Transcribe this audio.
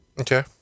Okay